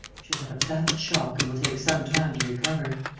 she has had a bad shock and will take some time to recover.